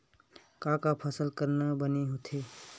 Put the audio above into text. का का फसल करना बने होथे?